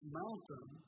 mountain